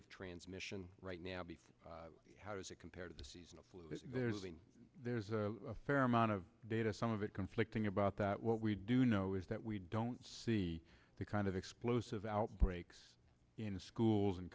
of transmission right now be how does it compare to the seasonal flu there's been there's a fair amount of data some of it conflicting about that what we do know is that we don't see the kind of explosive outbreaks in schools and